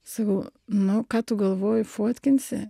sakau nu ką tu galvoji fotkinsi